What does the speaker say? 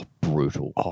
Brutal